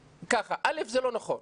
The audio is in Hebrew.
א', זה לא נכון.